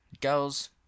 Girls